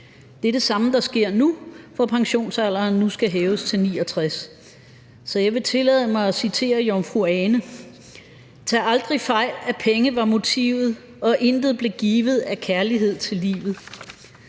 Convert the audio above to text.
det er det samme, der sker nu, hvor pensionsalderen nu skal hæves til 69 år. Så jeg vil tillade mig at citere Jomfru Ane: Tag aldrig fejl af, at penge var motivet, og at intet blev givet af kærlighed til livet.